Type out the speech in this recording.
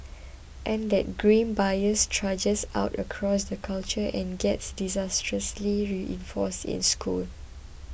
and that grim bias trudges out across the culture and gets disastrously reinforced in schools